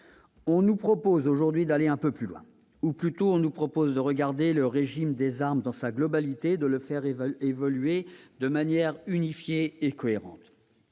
On nous propose aujourd'hui d'aller un peu plus loin, ou plutôt, on nous propose de regarder le régime des armes dans sa globalité et de le faire évoluer de manière unifiée et cohérente.